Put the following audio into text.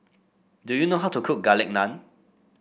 do you know how to cook Garlic Naan